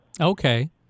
Okay